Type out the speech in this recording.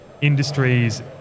industries